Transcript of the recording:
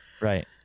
Right